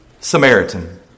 Samaritan